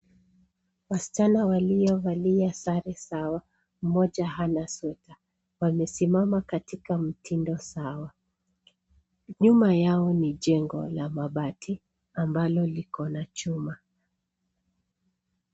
Wasichana waliovalia sare sawa, mmoja hana sweta. Wamesimama katika mtindo sawa. Nyuma yao ni jengo la mabati ambalo liko na chuma.